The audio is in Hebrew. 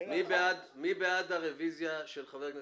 מי בעד קבלת הרביזיה?